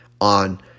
on